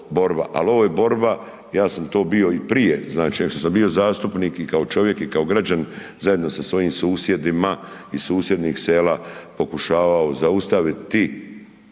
ali ovo je borba, ja sam to bio i prije, znači nego što sam bio zastupnik i kao čovjek i kao građanin, zajedno sa svojim susjedima iz susjednih sela pokušavao zaustaviti